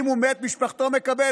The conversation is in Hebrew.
אם הוא מת, משפחתו מקבלת.